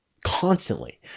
constantly